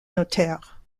notaire